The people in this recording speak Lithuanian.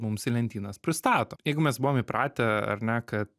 mums į lentynas pristato jeigu mes buvom įpratę ar ne kad